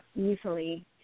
easily